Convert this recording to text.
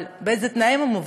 אבל באיזה תנאים הם עובדים?